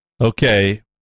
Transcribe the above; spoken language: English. Okay